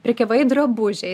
prekiavai drabužiais